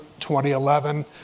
2011